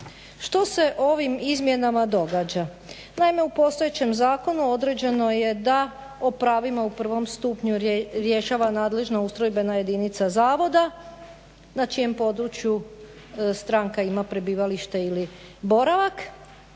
Što se ovim izmjenama događa? Naime, u postojećem zakonu određeno je da o pravima u prvom stupnju rješava nadležna ustrojbena jedinica zavoda na čijem području stranka ima prebivalište ili boravak,